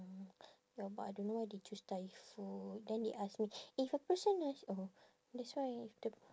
ya but I don't know why they choose thai food then they ask me if a person nice oh that's why if the